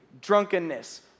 drunkenness